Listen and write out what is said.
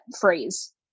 phrase